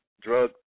drug